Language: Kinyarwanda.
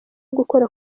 gukora